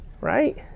right